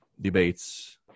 debates